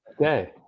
Okay